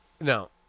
no